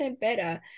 better